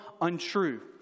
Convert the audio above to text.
untrue